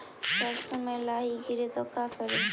सरसो मे लाहि गिरे तो का करि?